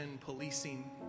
policing